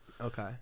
okay